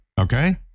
okay